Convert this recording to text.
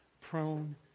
prone